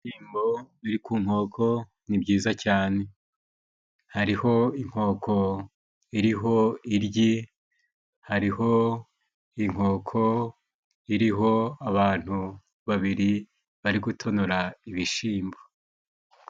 Ibishimbo biri ku nkoko ni byiza cyane, hariho inkoko iriho iryi ,hariho inkoko iriho abantu babiri bari gutonora ibishimbo.